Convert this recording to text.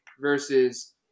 versus